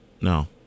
No